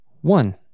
One